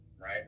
Right